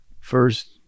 first